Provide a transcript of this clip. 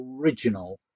original